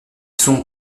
sont